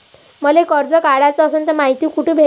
मले कर्ज काढाच असनं तर मायती कुठ भेटनं?